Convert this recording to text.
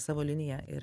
savo liniją ir